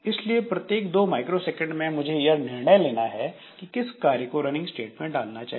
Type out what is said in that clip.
इसलिए प्रत्येक दो माइक्रोसेकंड में मुझे यह निर्णय लेना है कि किस कार्य को रनिंग स्टेट में डालना चाहिए